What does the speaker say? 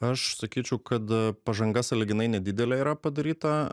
aš sakyčiau kad pažanga sąlyginai nedidelė yra padaryta